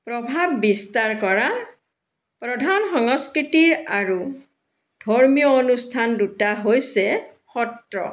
প্ৰভাৱ বিস্তাৰ কৰা প্ৰধান সংস্কৃতিৰ আৰু ধৰ্মীয় অনুষ্ঠান দুটা হৈছে সত্ৰ